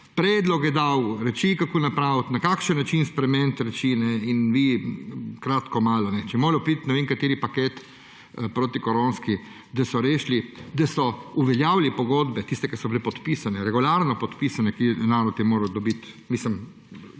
Predloge sem dal, reči kako narediti, na kakšen način spremeniti reči in vi kratkomalo … Je moral priti ne vem kateri paket protikoronski, da so uveljavili pogodbe, tiste, ki so bile podpisane, regularno podpisane, nalog je moral dobiti; mislim,